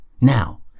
Now